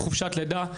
חופשת לידה,